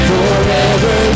Forever